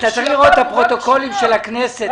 אתה צריך לראות את הפרוטוקולים של הכנסת.